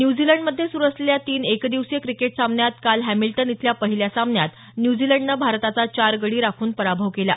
न्यूझीलंडमधे सुरु असलेल्या तीन एकदिवसीय क्रिकेट सामन्यात काल हॅमिल्टन इथल्या पहिल्या सामन्यांत न्यूझीलंडनं भारताचा चार गडी राखून पराभव केला